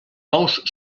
bous